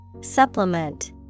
Supplement